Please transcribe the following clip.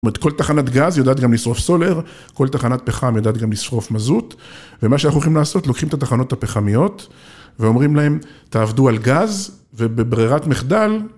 כל תחנת גז יודעת גם לשרוף סולר, כל תחנת פחם יודעת גם לשרוף מזוט, ומה שאנחנו הולכים לעשות, לוקחים את התחנות הפחמיות ואומרים להם, תעבדו על גז ובברירת מחדל.